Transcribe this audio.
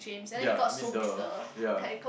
ya a bit the ya